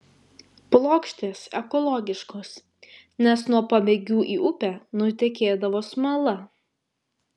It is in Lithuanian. plokštės ekologiškos nes nuo pabėgių į upę nutekėdavo smala